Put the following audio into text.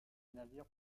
navires